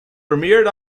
premiered